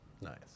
Nice